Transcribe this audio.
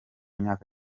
myaka